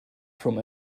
from